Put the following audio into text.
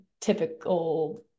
typical